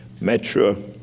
Metro